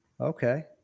Okay